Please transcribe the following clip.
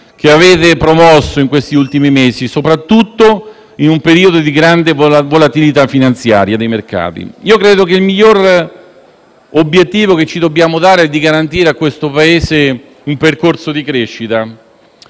che avete promosso negli ultimi mesi, soprattutto in un periodo di grande volatilità finanziaria dei mercati. Io credo che il miglior obiettivo che ci dobbiamo dare sia garantire a questo Paese un percorso di crescita.